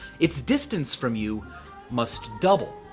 its distance from you must double.